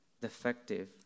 defective